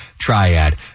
Triad